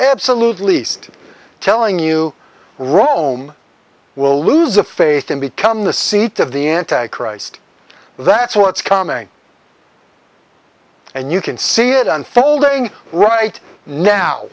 absolutely still telling you rome will lose a faith and become the seat of the anti christ that's what's coming and you can see it unfolding right now